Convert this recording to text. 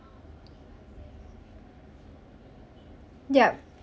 yup